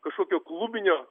kažkokio klubinio